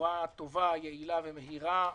בצורה טובה, יעילה ומהירה,